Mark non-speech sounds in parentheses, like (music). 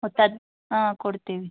(unintelligible) ಆಂ ಕೊಡ್ತೀವಿ